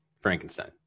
Frankenstein